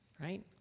right